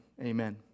Amen